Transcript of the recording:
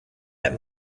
that